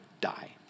die